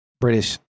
British